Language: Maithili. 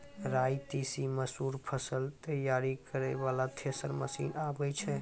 राई तीसी मसूर फसल तैयारी करै वाला थेसर मसीन आबै छै?